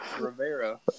Rivera